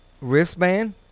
wristband